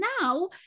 now